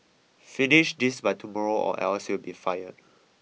finish this by tomorrow or else you'll be fired